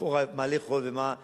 לכאורה מה לאכול וממה להתקיים,